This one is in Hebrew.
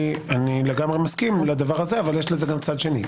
אני לגמרי מסכים לדבר הזה אבל יש לזה גם צד שני.